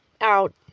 out